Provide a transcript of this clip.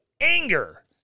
anger